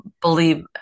believe